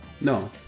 No